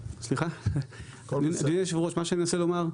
סליחה אדוני היושב ראש מה שאני מנסה לומר,